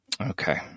Okay